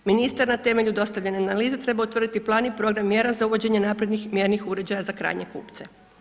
Ministar na temelju dostavljene analize treba utvrditi plan i program mjera za uvođenje naprednih mjernih uređaja za krajnje kupce.